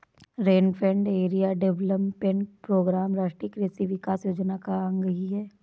rainfed area development program Rashtriya Krishi Vikas Yojana का अंग ही है